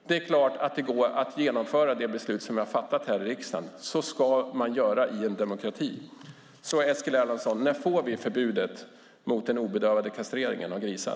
Det är klart att det går att genomföra det beslut som vi har fattat här i riksdagen. Så ska man göra i en demokrati. Eskil Erlandsson! När får vi förbudet mot den obedövade kastreringen av grisar?